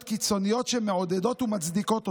קיצוניות שמעודדות ומצדיקות אותו.